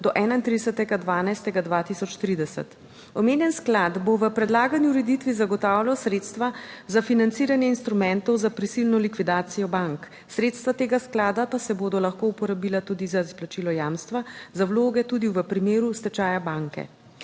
do 31. 12. 2030. Omenjeni sklad bo v predlagani ureditvi zagotavljal sredstva za financiranje instrumentov za prisilno likvidacijo bank, sredstva tega sklada pa se bodo lahko uporabila tudi za izplačilo jamstva za vloge tudi v primeru stečaja banke.